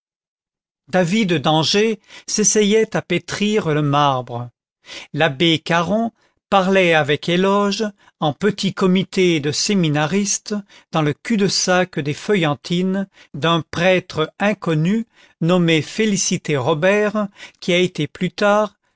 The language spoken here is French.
david d'angers s'essayait à pétrir le marbre l'abbé caron parlait avec éloge en petit comité de séminaristes dans le cul-de-sac des feuillantines d'un prêtre inconnu nommé félicité robert qui a été plus tard